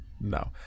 No